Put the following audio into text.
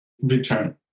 return